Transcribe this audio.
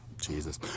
Jesus